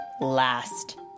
last